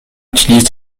utilise